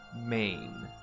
Maine